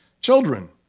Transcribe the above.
children